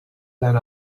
let